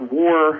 war